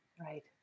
Right